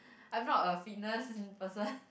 I'm not a fitness person